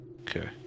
okay